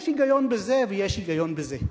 יש היגיון בזה ויש היגיון בזה.